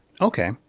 Okay